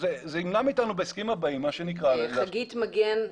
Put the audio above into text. זה ימנע מאיתנו בהסכמים הבאים מה שנקרא --- חגית מגן.